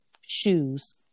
shoes